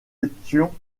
étions